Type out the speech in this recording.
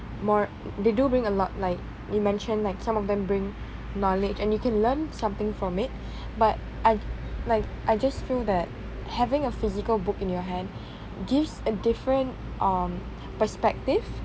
more they do bring a lot like you mentioned like some of them bring knowledge and you can learn something from it but I like I just feel that having a physical book in your hand gives a different uh perspective